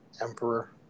Emperor